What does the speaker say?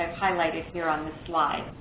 highlighted here on this slide.